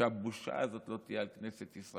טוב, יותר טוב שהבושה הזאת לא תהיה על כנסת ישראל.